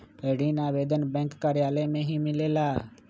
ऋण आवेदन बैंक कार्यालय मे ही मिलेला?